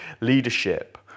leadership